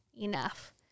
enough